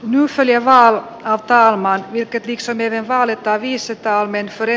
missä lie vaan ottamaan tetriksen eve valittaa viisisataa metriä